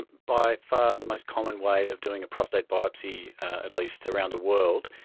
by far the most common way of doing a prostate biopsy, at least around the world,